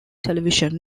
television